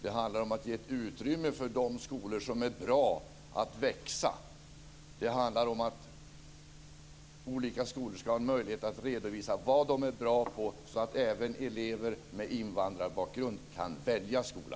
Det handlar om att ge ett utrymme för de skolor som är bra att växa. Det handlar om att olika skolor ska ha möjlighet att redovisa vad de är bra på, så att även elever med invandrarbakgrund kan välja skola.